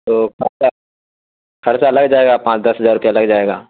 تو خرچہ لگ جائے پانچ دس ہزار روپیہ لگ جائے گا